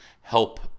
help